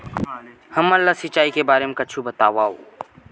हमन ला सिंचाई के बारे मा कुछु बतावव?